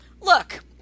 look